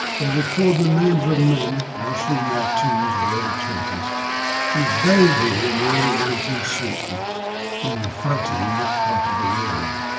they record the names of men, mostly in their teens or early twenties who were buried here in the early nineteenth century during the fighting in that part of the world.